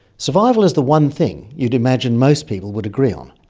survival is the one thing you'd imagine most people would agree on.